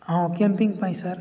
ହଁ କ୍ୟାମ୍ପିଙ୍ଗ ପାଇଁ ସାର୍